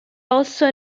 also